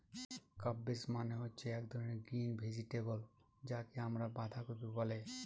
cabbage মানে হচ্ছে এক ধরনের গ্রিন ভেজিটেবল যাকে আমরা বাঁধাকপি বলে